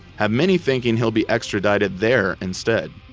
have many thinking he'll be extradited their instead.